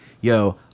yo